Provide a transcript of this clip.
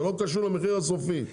זה לא קשור למחיר הסופי.